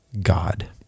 God